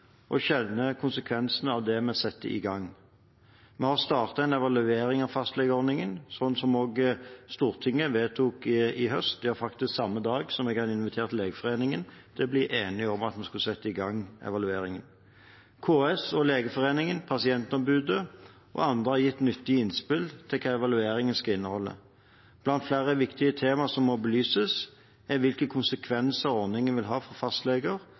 og kjenne konsekvensene av det vi setter i gang. Vi har startet en evaluering av fastlegeordningen, slik også Stortinget vedtok i høst – ja faktisk samme dag som jeg hadde invitert Legeforeningen for å bli enige om at vi skulle sette i gang evalueringen. KS og Legeforeningen, pasientombudet og andre har gitt nyttige innspill til hva evalueringen skal inneholde. Blant flere viktige temaer som må belyses, er hvilke konsekvenser ordningen vil ha for